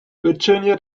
virginia